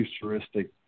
futuristic